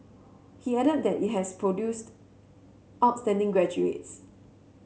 he added that it has produced outstanding graduates